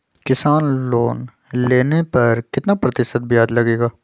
किसान लोन लेने पर कितना प्रतिशत ब्याज लगेगा?